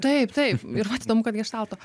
taip taip ir vat įdomu kad geštalto